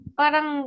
parang